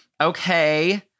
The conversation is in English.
Okay